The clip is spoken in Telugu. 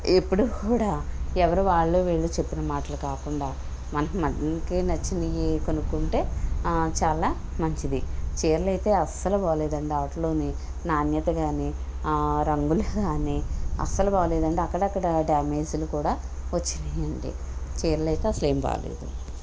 ఎప్పుడు కూడా ఎవరు వాళ్ళు వీళ్ళు చెప్పిన మాటలు కాకుండా మనకి నచ్చినివి కొనుక్కుంటే చాలా మంచిది చీరలైతే అసలు బాగలేదండి వాటిలోని నాణ్యత కానీ ఆ రంగులు కానీ అసలు బాగలేదండి అక్కడక్కడ డ్యామేజ్లు కూడా వచ్చినాయండి చీరలయితే అసలేమి బాగలేదు